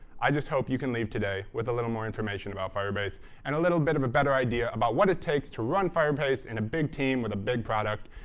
i just hope you can leave today with a little more information about firebase and a little bit of a better idea about what it takes to run firebase in a big team with a big product,